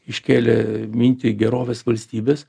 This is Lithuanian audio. iškėlė mintį gerovės valstybės